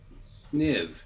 sniv